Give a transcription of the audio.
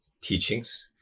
teachings